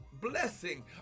blessing